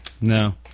No